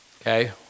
okay